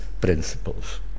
principles